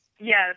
Yes